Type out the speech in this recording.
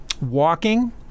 walking